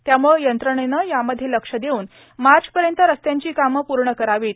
त्यामुळं यंत्रणेनं यामध्ये लक्ष देऊन मार्चपर्यंत रस्त्यांची कामं पूर्ण करावीत